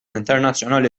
internazzjonali